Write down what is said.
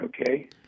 Okay